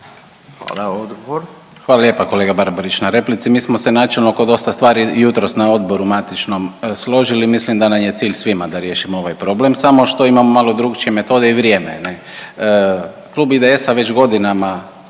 Emil (IDS)** Hvala lijepa kolega Barbarić na replici. Mi smo se načelno oko dosta stvari jutros na odboru matičnom složili, mislim da nam je cilj svima da riješimo ovaj problem, samo što imamo malo drukčije metode i vrijeme, ne? Klub IDS-a već godinama